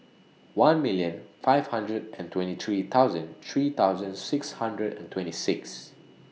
one million five hundred and twenty three thousand three thousand six hundred and twenty six